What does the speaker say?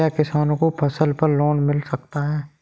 क्या किसानों को फसल पर लोन मिल सकता है?